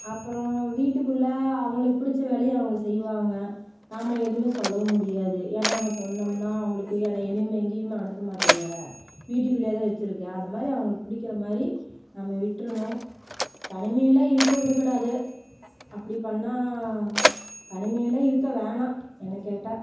அப்புறம் வீட்டுக்குள்ளே அவர்களுக்கு பிடிச்ச வேலையை அவங்க செய்வாங்க நாம் எதுவுமே சொல்லவும் முடியாது ஏன்னால் நம்ம சொன்னோம்னால் அவர்களுக்கு ஏன்னால் என்மே எங்கேயுமே அனுப்பமாட்டேங்கிற வீட்டுக்குள்ளேயாவது வச்சுருக்குற அந்த மாதிரி அவர்களுக்கு பிடிக்கிற மாதிரி நம்ம விட்டுறணும் தனிமையில் இருக்க விட கூடாது அப்படி பண்ணிணா தனிமையில் இருக்க வேணாம் என்னை கேட்டால்